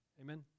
Amen